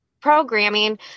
programming